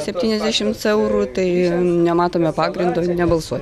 septyniasdešimt eurų tai nematome pagrindo nebalsuoti